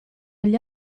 agli